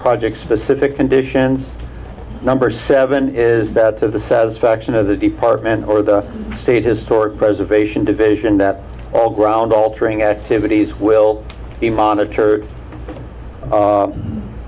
project specific conditions number seven is that of the says faction of the department or the state historic preservation division that all ground altering activities will be monitored